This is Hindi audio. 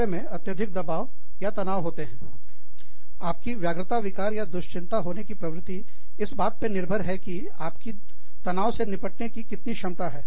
कार्य में अत्यधिक दबाव या तनाव होते है आपकी व्यग्रता विकार या दुश्चिंताचिंता होने की प्रवृत्ति इस बात पर निर्भर है कि आपकी तनाव से निपटने की कितनी क्षमता है